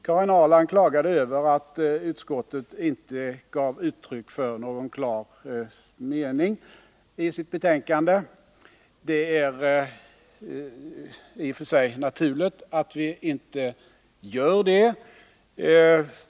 Karin Ahrland klagade över att utskottet i sitt betänkande inte ger uttryck för någon klar mening. Det är i och för sig naturligt att vi inte gör det.